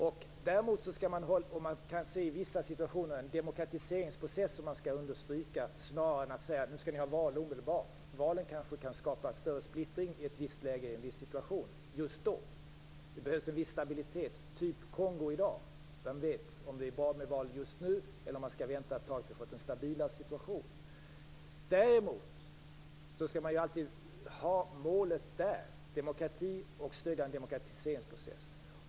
Man kan däremot i vissa situationer se en demokratiseringsprocess som man skall understödja snarare än att säga: Nu skall ni ha val omedelbart. Valen kanske kan skapa större splittring i ett viss läge, i en viss situation, just då. Det behövs en viss stabilitet. Kongo är ett sådant fall i dag. Vem vet om det är bra med val just nu, eller om man skall vänta ett tag tills man har fått en stabilare situation? Däremot skall målet alltid finnas där; demokrati och stödjande av en demokratiseringsprocess.